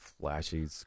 flashy